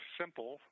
simple